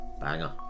Banger